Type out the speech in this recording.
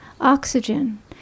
oxygen